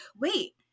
wait